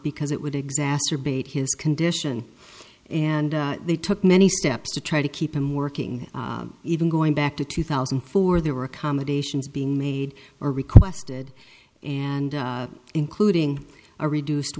because it would exacerbate his condition and they took many steps to try to keep him working even going back to two thousand and four there were accommodations being made or requested and including a reduced